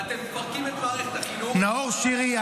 ואתם מפרקים את מערכת החינוך --- נאור שירי,